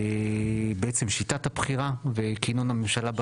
בגלל שיטת הבחירה וכינון הממשלה,